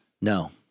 No